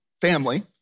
family